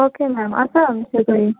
okay ma'am आसा आमचे कडेन